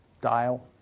Dial